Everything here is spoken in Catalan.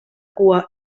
cua